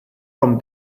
from